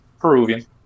Peruvian